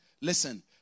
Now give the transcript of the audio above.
listen